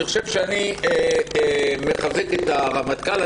אני מחזק את הרמטכ"ל.